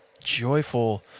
joyful